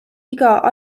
iga